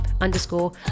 underscore